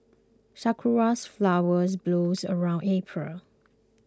sakura flowers bloom around April